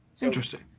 Interesting